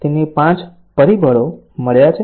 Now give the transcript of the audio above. તેને 5 પરિબળો મળ્યા છે